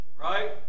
right